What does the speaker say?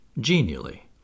Genially